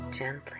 Gently